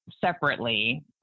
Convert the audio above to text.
Separately